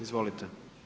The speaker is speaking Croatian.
Izvolite.